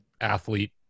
athlete